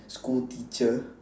school teacher